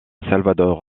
salvador